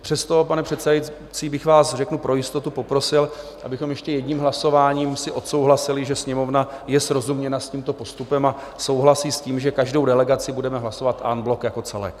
Přesto, pane předsedající, bych vás, řeknu pro jistotu, poprosil, abychom si ještě jedním hlasováním odsouhlasili, že Sněmovna je srozuměna s tímto postupem a souhlasí s tím, že každou delegaci budeme hlasovat en bloc jako celek.